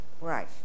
right